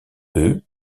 eux